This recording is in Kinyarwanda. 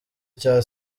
cya